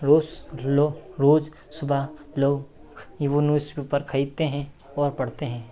रोज लो रोज सुबह लोग की वो न्यूजपेपर खरीदते हैं और पढ़ते हैं